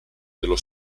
dello